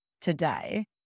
today